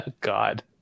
God